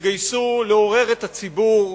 התגייסו לעורר את הציבור,